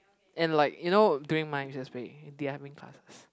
and like you know during my recess week they're having classes